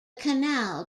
canal